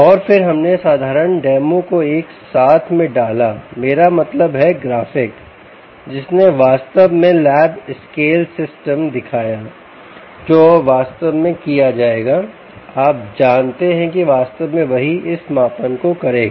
और फिर हमने साधारण डेमो को एक साथ में डाला मेरा मतलब है ग्राफिक जिसने वास्तव में लैब स्केल सिस्टम दिखाया जो अब वास्तव में किया जाएगा आप जानते हैं कि वास्तव में वही इस मापन को करेगा